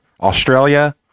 Australia